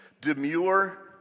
demure